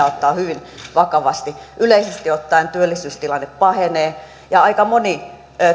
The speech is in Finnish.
ottaa hyvin vakavasti yleisesti ottaen työllisyystilanne pahenee ja aika moni